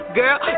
girl